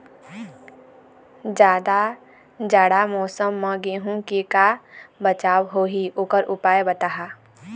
जादा जाड़ा मौसम म गेहूं के का बचाव होही ओकर उपाय बताहा?